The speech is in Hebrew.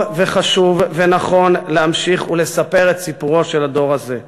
טוב וחשוב ונכון להמשיך ולספר את סיפורו של הדור הזה.